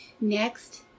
Next